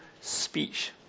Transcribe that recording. speech